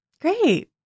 Great